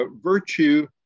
virtue